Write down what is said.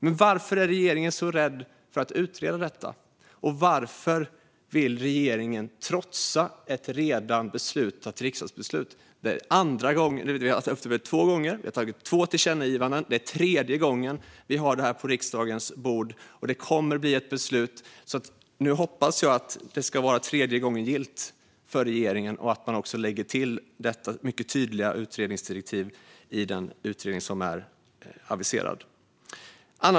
Men varför är regeringen så rädd för att utreda detta? Och varför vill regeringen trotsa ett redan fattat riksdagsbeslut? Vi har haft det uppe två gånger, vi har gjort två tillkännagivanden och det är nu tredje gången som vi har det här på riksdagens bord. Det kommer att bli ett beslut, så nu hoppas jag att det ska vara tredje gången gillt för regeringen och att man också lägger till detta mycket tydliga utredningsdirektiv till den utredning som är aviserad.